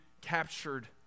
captured